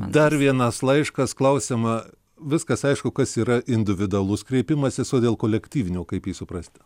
dar vienas laiškas klausiama viskas aišku kas yra individualus kreipimasis o dėl kolektyvinių kaip jį suprasti